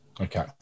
okay